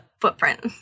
footprint